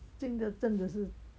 真的真的是